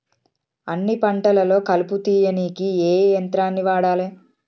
అన్ని పంటలలో కలుపు తీయనీకి ఏ యంత్రాన్ని వాడాలే?